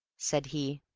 said he.